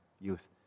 youth